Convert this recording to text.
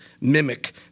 mimic